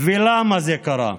למה זה קרה?